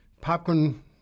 popcorn